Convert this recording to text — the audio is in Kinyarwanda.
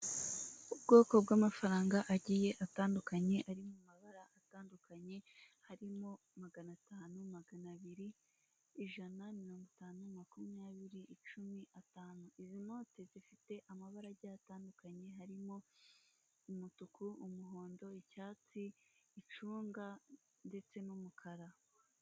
Ubwoko bw'amafaranga agiye atandukanye ari mu mabara atandukanye harimo magana atanu, magana abiri, ijana mirongo itanu, makumyabiri, cumi atanu izi note zifite amabarage atandukanye harimo umutuku, umuhondo, icyatsi, icunga ndetse n'umukara.